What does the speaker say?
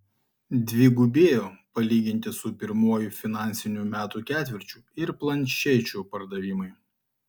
dvigubėjo palyginti su pirmuoju finansinių metų ketvirčiu ir planšečių pardavimai